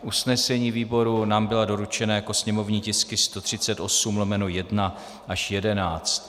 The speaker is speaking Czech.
Usnesení výboru nám byla doručena jako sněmovní tisky 138/1 až 138/11.